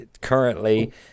Currently